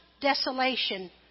desolation